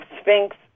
Sphinx